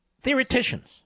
Theoreticians